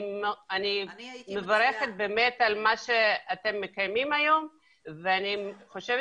אני מברכת באמת על מה שאתם מקיימים היום ואני חושבת